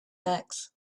backs